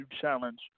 challenge